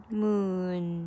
moon